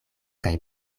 kaj